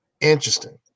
Interesting